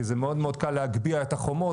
כי זה מאוד-מאוד קל להגביה את החומות,